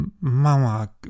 Mama